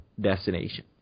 destination